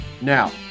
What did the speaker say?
Now